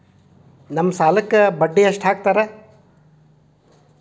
ನಮ್ ಸಾಲಕ್ ಬಡ್ಡಿ ಎಷ್ಟು ಹಾಕ್ತಾರ?